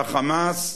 שה"חמאס"